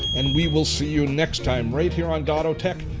and we will see you next time right here on dotto tech.